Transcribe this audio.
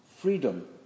freedom